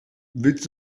willst